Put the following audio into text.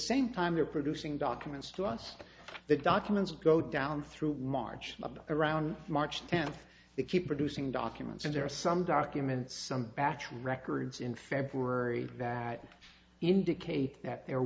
same time they're producing documents to us the documents go down through march around march tenth the keep producing documents and there are some documents some batch records in february that indicate that the